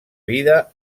vida